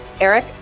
Eric